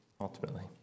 ultimately